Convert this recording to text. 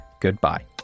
goodbye